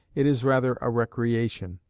it is rather a recreation.